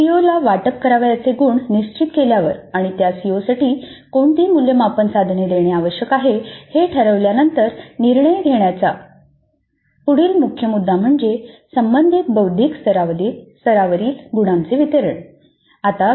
सीओला वाटप करावयाचे गुण निश्चित केल्यावर आणि त्या सीओसाठी कोणती मूल्यमापन साधने देणे आवश्यक आहे हे ठरवल्यानंतर निर्णय घेण्याचा पुढील मुख्य मुद्दा म्हणजे संबंधित बौद्धिक स्तरावरील गुणांचे वितरण होय